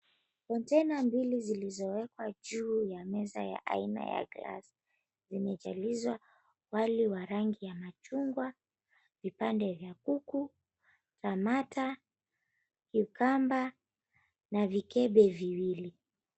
Kontena mbili zilizowekwa juu ya meza ya aina ya glasi, zimejalizwa wali wa rangi ya machungwa, vipande vya kuku, tamata , cucumber na vikebe viwili.